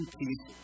peace